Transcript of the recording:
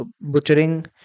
butchering